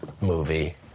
movie